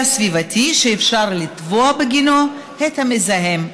סביבתי שאפשר לתבוע בגינו את המזהם.